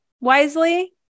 wisely